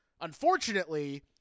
unfortunately